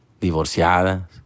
divorciadas